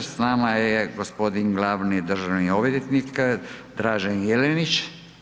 S nama je gospodin glavni državni odvjetnik Dražen Jelenić.